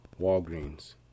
walgreens